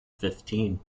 fifteen